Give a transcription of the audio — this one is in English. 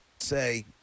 Say